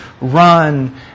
run